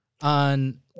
on